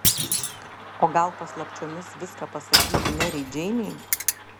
o gal paslapčiomis viską pasakyti merei džeinei